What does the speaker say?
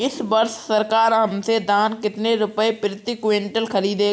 इस वर्ष सरकार हमसे धान कितने रुपए प्रति क्विंटल खरीदेगी?